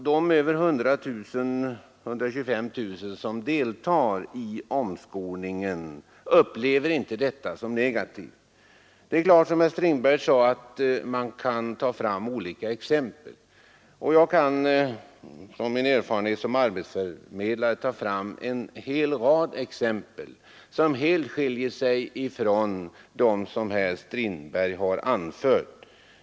De över 125 000 som deltar i omskolningen upplever inte detta som negativt. Det är klart att man, som också herr Strindberg sade, kan ta fram olika exempel. Jag kan från min erfarenhet som arbetsförmedlare ta fram en hel rad exempel som helt skiljer sig ifrån dem herr Strindberg har anfört.